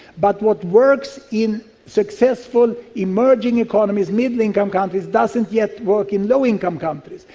but what works in successful emerging economies, middle income countries, doesn't yet work in low income countries.